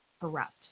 corrupt